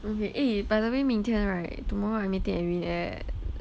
you can eh by the way 明天 right tomorrow I meeting edwin at